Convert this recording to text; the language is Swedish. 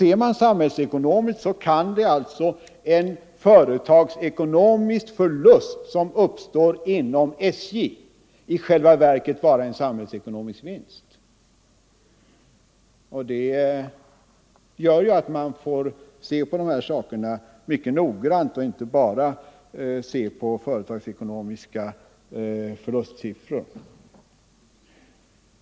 Ser man det samhällsekonomisktkan = alltså en företagsekonomisk förlust som uppstår inom SJ i själva verket — Ang. nedläggningen vara en samhällsekonomisk vinst. Det gör att man bör undersöka dessa — av olönsam frågor mycket noga och inte bara se på företagsekonomiska förlustsiffror.